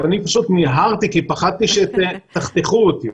אני פשוט מיהרתי כי פחדתי שתחתכו אותי.